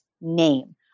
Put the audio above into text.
name